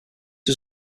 was